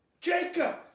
Jacob